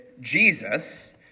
Jesus